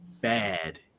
Bad